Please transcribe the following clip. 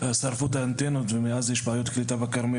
שרפו את האנטנות ומאז יש בעיות קליטה בכרמל,